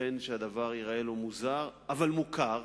ייתכן שהדבר ייראה מוזר אבל מוכר: